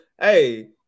hey